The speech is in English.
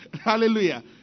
Hallelujah